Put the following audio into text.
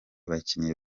bakinnyi